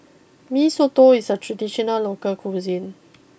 Mee Soto is a traditional local cuisine